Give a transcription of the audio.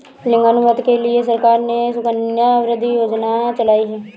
लिंगानुपात के लिए सरकार ने सुकन्या समृद्धि योजना चलाई है